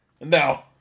No